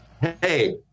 hey